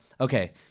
Okay